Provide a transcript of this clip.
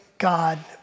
God